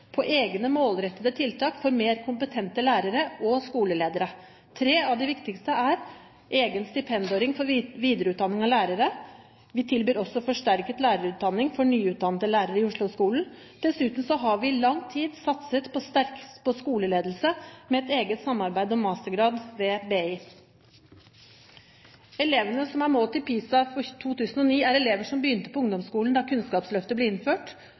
på egne målrettede tiltak for mer kompetente lærere og skoleledere. Tre av de viktigste er: egen stipendordning for videreutdanning av lærere. Vi tilbyr også forsterket lærerutdanning for nyutdannede lærere i Oslo-skolen. Dessuten har vi i lang tid satset sterkt på skoleledelse, med et eget samarbeid om mastergrad ved BI. Elevene som er målt i PISA for 2009, er elever som begynte på ungdomsskolen da Kunnskapsløftet ble innført.